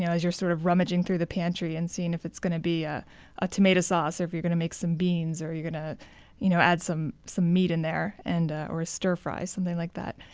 yeah as you're sort of rummaging through the pantry and seeing if it's going to be ah a tomato sauce or if you're going to make some beans, or you're going to you know add some some meat in there, and or a stir fry something like that.